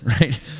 right